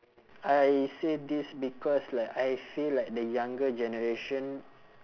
I say this because like I feel like the younger generation